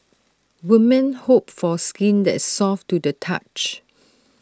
women hope for skin that is soft to the touch